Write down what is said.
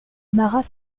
marat